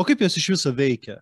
o kaip jos iš viso veikia